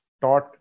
taught